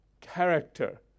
Character